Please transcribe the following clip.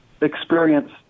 experience